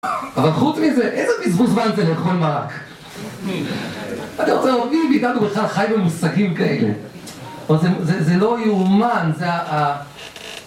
אבל חוץ מזה, איזה בזבוז זמן זה לאכול מרק? אתה רוצה לראות מי מאיתנו בכלל חי במושגים כאלה? זה לא יאומן, זה ה...